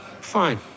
fine